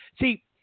See